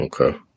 Okay